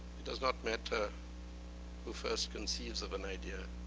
it does not matter who first conceives of an idea,